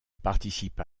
participa